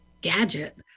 gadget